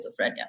schizophrenia